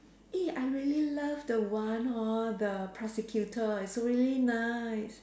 eh I really love the one hor the prosecutor it's really nice